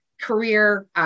career